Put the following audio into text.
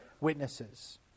witnesses